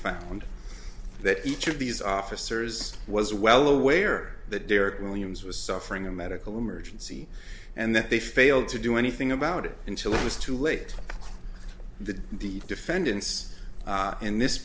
found that each of these officers was well aware that derrick williams was suffering a medical emergency and that they failed to do anything about it until it was too late that the defendants in this